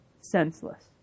senseless